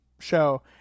show